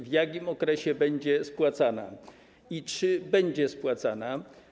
W jakim okresie będzie spłacana i czy będzie spłacana?